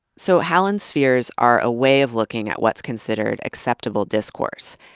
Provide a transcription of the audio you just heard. so hallin's spheres are a way of looking at what's considered acceptable discourse.